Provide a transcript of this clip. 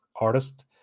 artist